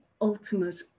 ultimate